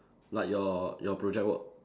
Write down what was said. like your your project work